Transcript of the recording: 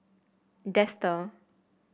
Dester